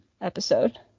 episode